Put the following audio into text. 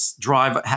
drive